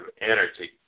energy